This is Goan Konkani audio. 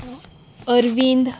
अरविंद